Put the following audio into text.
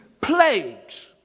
plagues